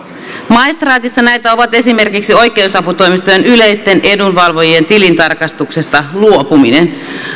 maistraatissa näitä on esimerkiksi oikeusaputoimistojen yleisten edunvalvojien tilintarkastuksesta luopuminen